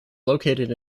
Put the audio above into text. located